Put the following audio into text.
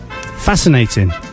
Fascinating